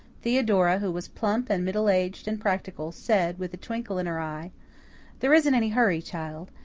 theodora, who was plump and middle-aged and practical, said, with a twinkle in her eye there isn't any hurry, child.